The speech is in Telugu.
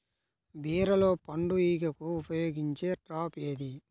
బీరలో పండు ఈగకు ఉపయోగించే ట్రాప్ ఏది?